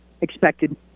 expected